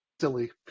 Silly